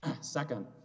Second